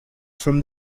from